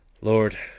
Lord